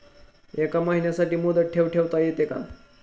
एका महिन्यासाठी मुदत ठेव ठेवता येते का?